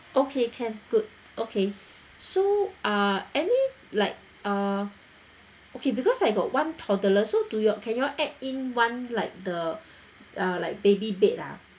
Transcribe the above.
okay can good okay so uh any like uh okay because I got one toddler so to your can you all add in one like the uh like baby bed ah